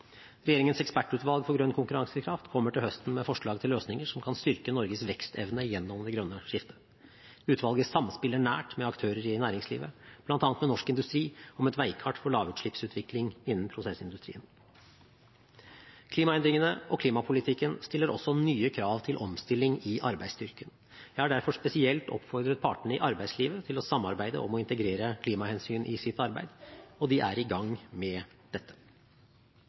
Regjeringens ekspertutvalg for grønn konkurransekraft kommer til høsten med forslag til løsninger som kan styrke Norges vekstevne gjennom det grønne skiftet. Utvalget samspiller nært med aktører i næringslivet, bl.a. med Norsk Industri om et veikart for lavutslippsutvikling innen prosessindustrien. Klimaendringene og klimapolitikken stiller også nye krav til omstilling i arbeidsstyrken. Jeg har derfor spesielt oppfordret partene i arbeidslivet til å samarbeide om å integrere klimahensyn i sitt arbeid – og de er i gang med dette.